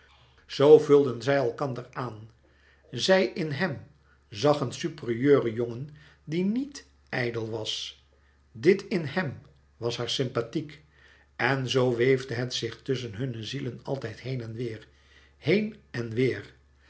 zoo vulden zij elkander aan zij in hem zag een superieuren jongen die niet ijdel was dit in hem was haar sympathiek en zoo weefde het zich tusschen hunne zielen altijd heen en weêr heen en weêr